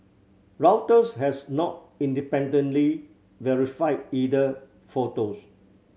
Reuters has not independently verified either photos